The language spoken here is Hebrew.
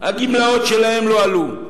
הגמלאות שלהם לא עלו,